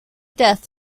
death